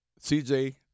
CJ